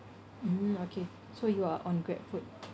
mm okay so you are on GrabFood